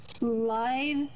live